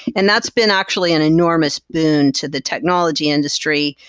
and that's been actually an enormous boon to the technology industry,